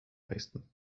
leisten